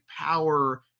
power